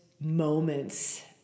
moments